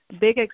big